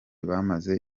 bamaze